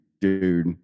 dude